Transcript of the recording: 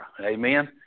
amen